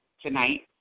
tonight